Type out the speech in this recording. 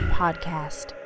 podcast